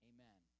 Amen